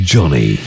Johnny